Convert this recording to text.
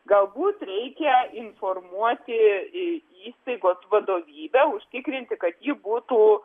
galbūt reikia informuoti įstaigos vadovybę užtikrinti kad ji būtų